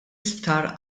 isptar